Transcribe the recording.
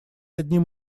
одним